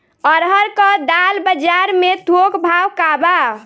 अरहर क दाल बजार में थोक भाव का बा?